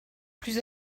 plus